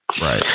Right